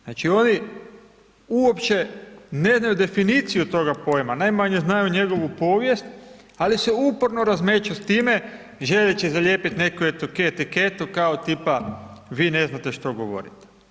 Znači, oni uopće ne znaju definiciju toga pojma, najmanje znaju njegovu povijest, ali se uporno razmeću s time želeći zalijepit neku etiketu kao tipa vi ne znate što govorite.